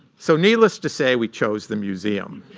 so needless to say, we chose the museum.